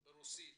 רוסית,